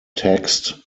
taxed